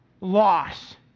loss